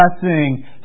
blessing